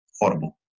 Horrible